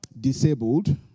Disabled